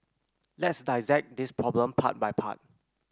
let's dissect this problem part by part